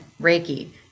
Reiki